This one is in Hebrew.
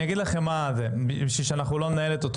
אני אגיד לכם בשביל שאנחנו לא ננהל את אותו